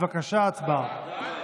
בבקשה, הצבעה.